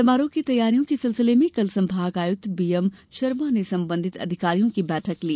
समारोह की तैयारियों के सिलसिले में कल संभाग आयुक्त बीएम शर्मा ने संबंधित अधिकारियों की बैठक ली